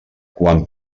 quan